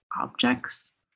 objects